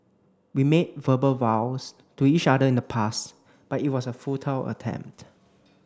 we made verbal vows to each other in the past but it was a futile attempt